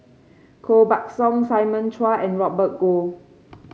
Koh Buck Song Simon Chua and Robert Goh